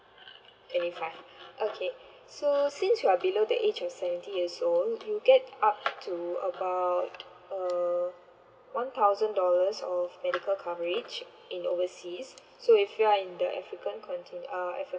twenty five okay so since you are below the age of seventy years old you get up to about uh one thousand dollars of medical coverage in overseas so if you are in the african continent uh